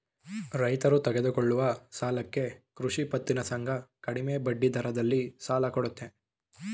ರೈತರು ತೆಗೆದುಕೊಳ್ಳುವ ಸಾಲಕ್ಕೆ ಕೃಷಿ ಪತ್ತಿನ ಸಂಘ ಕಡಿಮೆ ಬಡ್ಡಿದರದಲ್ಲಿ ಸಾಲ ಕೊಡುತ್ತೆ